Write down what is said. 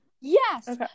yes